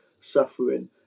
suffering